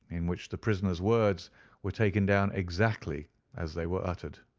in which the prisoner's words were taken down exactly as they were uttered.